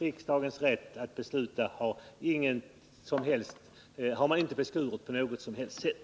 Riksdagens rätt att besluta har däremot inte beskurits på något sätt.